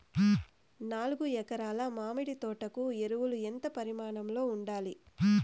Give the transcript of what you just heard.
నాలుగు ఎకరా ల మామిడి తోట కు ఎరువులు ఎంత పరిమాణం లో ఉండాలి?